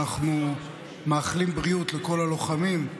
אנחנו מאחלים בריאות לכל הלוחמים,